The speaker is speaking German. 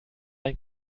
ein